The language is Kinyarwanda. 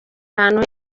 ahantu